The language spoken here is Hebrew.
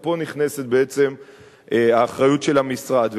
אז פה נכנסת בעצם האחריות של המשרד.